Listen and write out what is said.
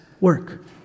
work